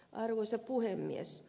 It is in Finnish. arvoisa puhemies